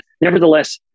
nevertheless